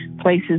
places